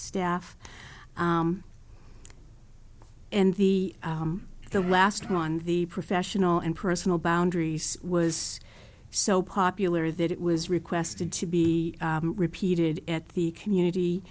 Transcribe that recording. staff and the the last one the professional and personal boundaries was so popular that it was requested to be repeated at the community